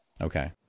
okay